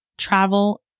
travel